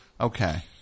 Okay